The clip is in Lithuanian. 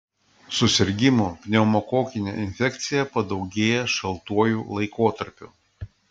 susirgimų pneumokokine infekcija padaugėja šaltuoju laikotarpiu